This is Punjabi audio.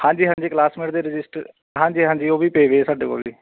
ਹਾਂਜੀ ਹਾਂਜੀ ਕਲਾਸਮੇਟ ਦੇ ਰਜਿਸਟਰ ਹਾਂਜੀ ਹਾਂਜੀ ਉਹ ਵੀ ਪਏ ਵੇ ਆ ਸਾਡੇ ਕੋਲ ਜੀ